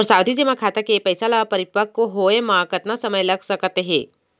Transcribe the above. मोर सावधि जेमा खाता के पइसा ल परिपक्व होये म कतना समय लग सकत हे?